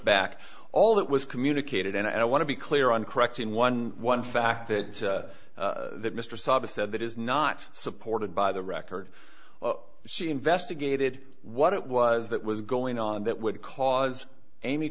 back all that was communicated and i want to be clear on correcting one one fact that mr saltus said that is not supported by the record she investigated what it was that was going on that would cause amy